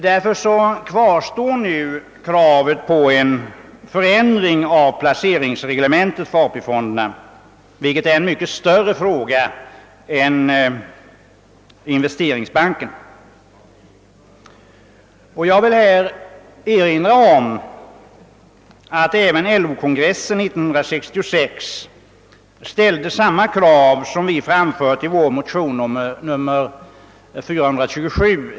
Därför kvarstår nu kravet på en förändring av placeringsreglementet för AP-fonderna, vilket är en mycket större fråga än den om investeringsbanken. Jag vill erinra om att även LO kongressen 1966 ställde samma krav som vi framfört i motion II:427.